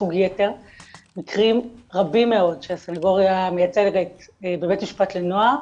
מקרים רבים מאוד שהסנגוריה מייצגת בבית המשפט לנוער,